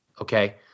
okay